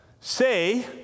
say